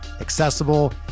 accessible